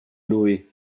lui